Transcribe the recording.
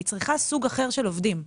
היא צריכה סוג אחר של עובדים.